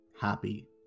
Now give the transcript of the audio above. happy